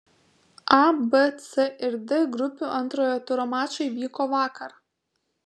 a b c ir d grupių antrojo turo mačai vyko vakar